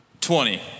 Twenty